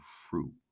fruit